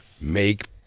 make